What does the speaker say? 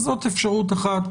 זו אפשרות אחת,